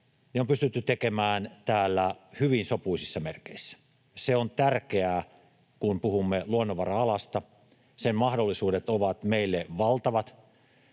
on pystytty tekemään täällä hyvin sopuisissa merkeissä. Se on tärkeää, kun puhumme luonnonvara-alasta. Sen mahdollisuudet ovat meille valtavat